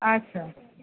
আচ্ছা